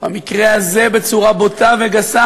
במקרה הזה בצורה בוטה וגסה,